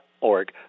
org